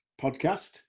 podcast